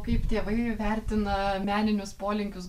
kaip tėvai vertina meninius polinkius